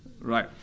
Right